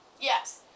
Yes